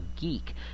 geek